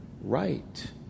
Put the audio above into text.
right